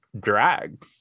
drag